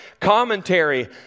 commentary